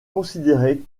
considéré